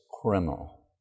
criminal